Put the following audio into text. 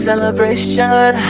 Celebration